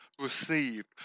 received